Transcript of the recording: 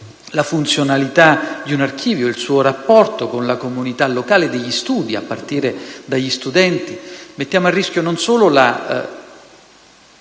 la funzionalità di un archivio e il suo rapporto con la comunità locale degli studi, a partire dagli studenti, non solo mettiamo a rischio la